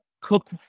cook